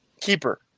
Keeper